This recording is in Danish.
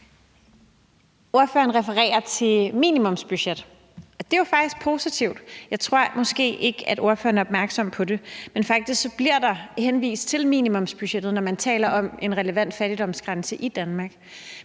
Ordføreren refererer til minimumsbudget, og det er jo faktisk positivt. Jeg tror måske ikke, at ordføreren er opmærksom på det, men faktisk bliver der henvist til minimumsbudgettet, når man taler om en relevant fattigdomsgrænse i Danmark.